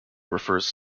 refers